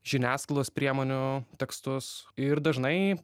žiniasklaidos priemonių tekstus ir dažnai